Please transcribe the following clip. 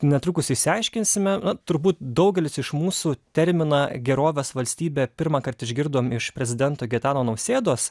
netrukus išsiaiškinsime turbūt daugelis iš mūsų terminą gerovės valstybė pirmąkart išgirdom iš prezidento gitano nausėdos